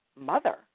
mother